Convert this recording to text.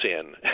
sin